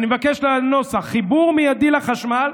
אני מדגיש את הנוסח: חיבור מיידי לחשמל,